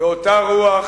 אתה מתעלם